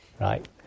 right